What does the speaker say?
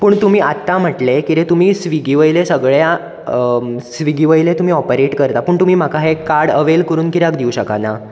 पूण तुमी आत्तां म्हटलें कितें तुमी स्विगी वयलें सगळ्यां स्विगी वयलें तुमी ऑपरेट करता पूण तुमी म्हाका हें कार्ड अवेल करून कित्याक दिवं शकना